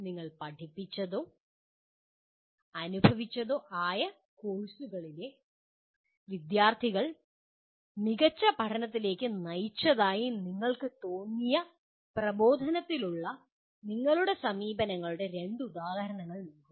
നിങ്ങൾ പഠിപ്പിച്ചതോ അനുഭവിച്ചതോ ആയ കോഴ്സുകളിലെ വിദ്യാർത്ഥികൾ മികച്ച പഠനത്തിലേക്ക് നയിച്ചതായി നിങ്ങൾക്ക് തോന്നിയ പ്രബോധനത്തിനുള്ള നിങ്ങളുടെ സമീപനങ്ങളുടെ രണ്ട് ഉദാഹരണങ്ങൾ നൽകുക